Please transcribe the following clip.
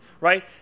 right